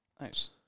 Nice